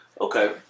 Okay